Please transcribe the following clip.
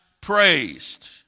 praised